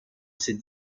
ses